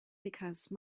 because